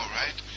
right